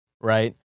Right